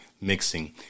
mixing